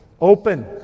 Open